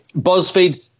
BuzzFeed